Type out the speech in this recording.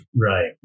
Right